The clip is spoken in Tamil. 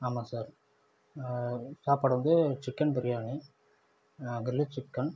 ஆமாம் சார் சாப்பாடு வந்து சிக்கன் பிரியாணி கிரில் சிக்கன்